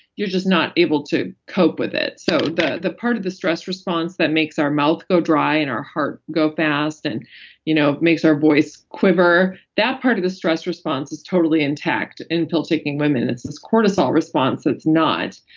you're just not able to cope with it so the the part of the stress response that makes our mouth go dry and our heart go fast and you know makes our voice quiver, that part of the stress response is totally intact in pill taking women. it's this cortisol response that's not.